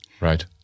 Right